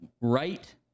Right—